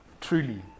truly